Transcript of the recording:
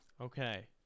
Okay